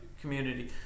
community